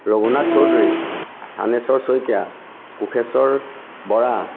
Raghunath Choudhury Thaneswar Saikia Kosheswar Bora